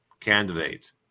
candidate